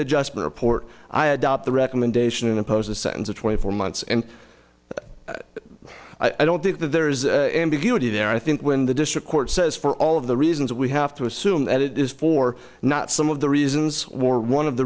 adjustment report i adopt the recommendation and impose a sentence of twenty four months and i don't think that there is ambiguity there i think when the district court says for all of the reasons we have to assume that it is for not some of the reasons war one of the